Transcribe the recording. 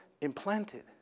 Implanted